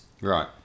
Right